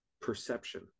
perception